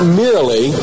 merely